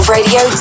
Radio